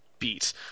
beat